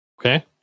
Okay